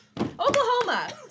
Oklahoma